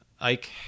Ike